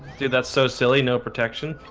dude that's so silly. no protection